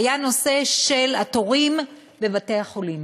היה הנושא של התורים בבתי-החולים.